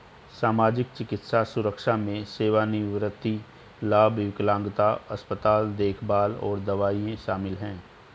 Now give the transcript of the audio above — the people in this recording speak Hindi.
सामाजिक, चिकित्सा सुरक्षा में सेवानिवृत्ति लाभ, विकलांगता, अस्पताल देखभाल और दवाएं शामिल हैं